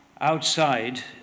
outside